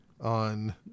on